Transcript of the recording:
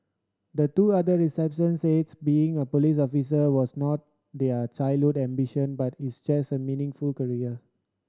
the two other recipients said being a police officer was not their childhood ambition but it's meaningful career